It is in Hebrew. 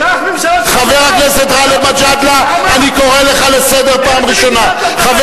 חברת הכנסת רגב, אני קורא אותך לסדר פעם ראשונה.